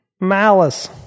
Malice